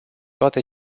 toate